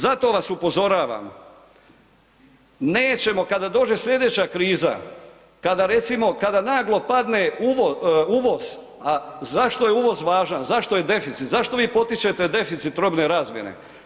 Zato vas upozoravam, nećemo kada dođe sljedeća kriza, kada recimo, kada naglo padne uvoz, a zašto je uvoz važan, zašto je deficit, zašto vi potičete deficit robne razmjene?